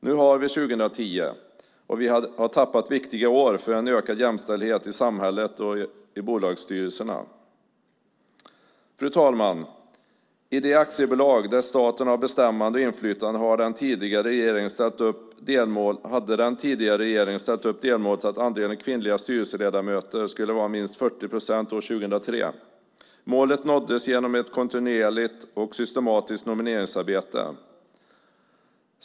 Nu har vi 2010, och vi har tappat viktiga år för en ökad jämställdhet i samhället och i bolagsstyrelserna. Fru talman! I de aktiebolag där staten har bestämmande och inflytande hade den tidigare regeringen ställt upp delmålet att andelen kvinnliga styrelseledamöter skulle vara minst 40 procent år 2003. Målet nåddes genom ett kontinuerligt och systematiskt nomineringsarbete.